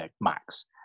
max